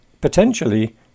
potentially